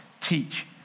teach